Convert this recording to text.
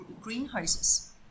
greenhouses